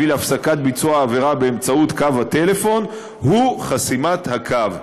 להפסקת ביצוע העבירה באמצעות קו הטלפון הוא חסימת הקו.